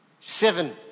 Seven